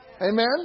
Amen